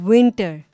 Winter